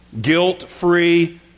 Guilt-Free